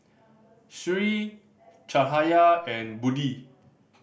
Sri Cahaya and Budi